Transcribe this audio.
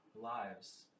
lives